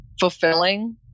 fulfilling